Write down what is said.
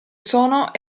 sono